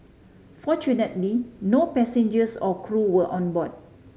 fortunately no passengers or crew were on board